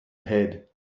head